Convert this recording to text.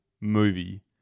movie